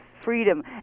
Freedom